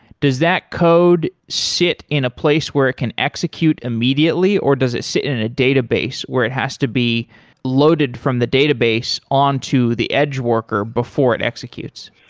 does that code sit in a place where it can execute immediately or does it sit in a database where it has to be loaded from the database on to the edge worker before it executes?